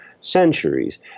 centuries